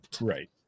Right